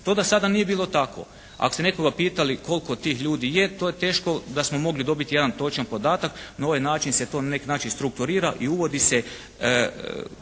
To do sada nije bilo tako. Ako ste nekoga pitali koliko tih ljudi je to je teško da smo mogli dobiti jedan točan podatak. Na ovaj način se to na neki način strukturira i uvodi se